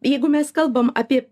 jeigu mes kalbam apie